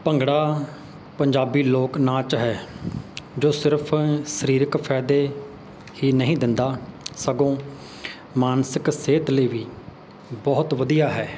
ਭੰਗੜਾ ਪੰਜਾਬੀ ਲੋਕ ਨਾਚ ਹੈ ਜੋ ਸਿਰਫ ਸਰੀਰਕ ਫਾਇਦੇ ਹੀ ਨਹੀਂ ਦਿੰਦਾ ਸਗੋਂ ਮਾਨਸਿਕ ਸਿਹਤ ਲਈ ਵੀ ਬਹੁਤ ਵਧੀਆ ਹੈ